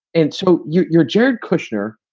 and so your your jared kushner,